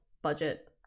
budget